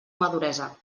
maduresa